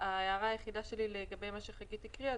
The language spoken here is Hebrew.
ההערה היחידה שלי לגבי מה שחגית הקריאה